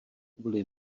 kvůli